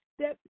step